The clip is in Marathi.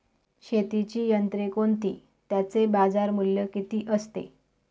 शेतीची यंत्रे कोणती? त्याचे बाजारमूल्य किती असते?